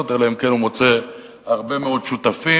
אלא אם כן הוא מוצא הרבה מאוד שותפים.